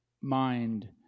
mind